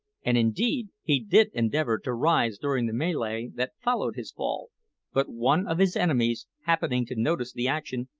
and indeed he did endeavour to rise during the melee that followed his fall but one of his enemies, happening to notice the action,